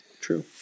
True